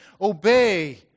obey